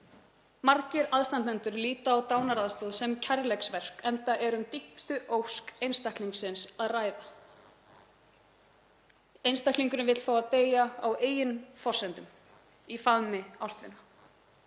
Margir aðstandendur líta á dánaraðstoð sem kærleiksverk, enda er um dýpstu ósk einstaklingsins að ræða. Einstaklingurinn vill fá að deyja á eigin forsendum í faðmi ástvina.